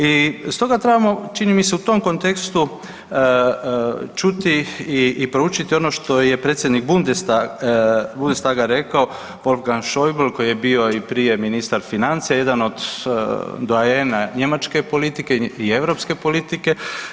I stoga trebamo čini mi se u tom kontekstu čuti i proučiti ono što je predsjednik Bundestaga rekao Wolfgang Shauble koji je bio i prije ministar financije jedan od doajena njemačke politike i europske politike.